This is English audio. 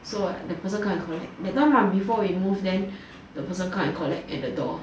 so the person come and collect that time before then we move then the person come and collect at the door